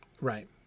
right